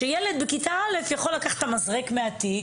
הייתה שילד בכתה א' יכול לקחת את המזרק מהתיק,